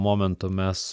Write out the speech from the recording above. momentu mes